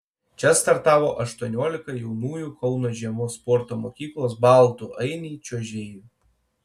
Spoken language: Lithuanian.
čia startavo aštuoniolika jaunųjų kauno žiemos sporto mokyklos baltų ainiai čiuožėjų